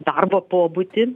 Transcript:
darbo pobūdį